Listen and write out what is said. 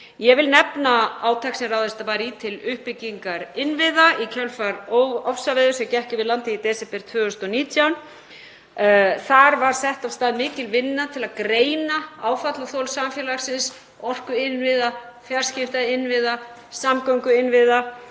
Ég vil nefna átak sem ráðist var í til uppbyggingar innviða í kjölfar ofsaveðurs sem gekk yfir landið í desember 2019. Þar var sett af stað mikil vinna til að greina áfallaþol samfélagsins, orkuinnviða, fjarskiptainnviða, samgönguinnviða